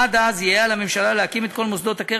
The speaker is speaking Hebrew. עד אז יהא על הממשלה להקים את כל מוסדות הקרן